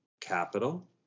capital